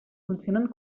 funcionen